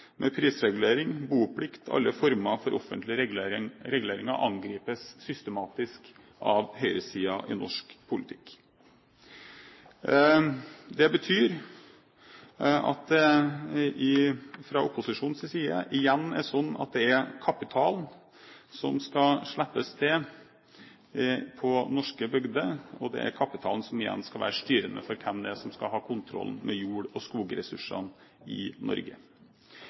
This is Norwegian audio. med prisregulering, boplikt, alle former for offentlige reguleringer, angripes systematisk av høyresiden i norsk politikk. Det betyr at det fra opposisjonens side igjen er sånn at det er kapitalen som skal slippes til på norske bygder, og at det er kapitalen som igjen skal være styrende for hvem det er som skal ha kontroll med jord- og skogressursene i Norge.